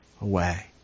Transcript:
away